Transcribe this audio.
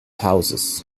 hauses